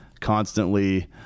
Constantly